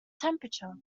temperature